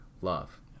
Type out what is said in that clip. love